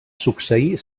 succeir